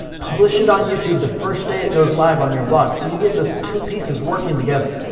publish it on youtube the first day it goes live on your blog so you get the two pieces working together.